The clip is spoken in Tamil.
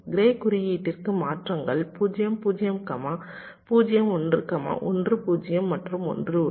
க்ரே குறியீட்டிற்கு மாற்றங்கள் 0 0 0 1 1 0 மற்றும் 1 1